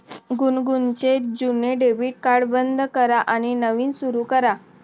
गुनगुनचे जुने debit card बंद करा आणि नवीन सुरू करा